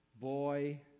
Boy